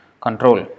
control